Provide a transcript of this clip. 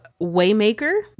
Waymaker